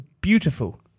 beautiful